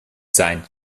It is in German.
sein